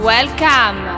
Welcome